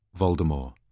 Voldemort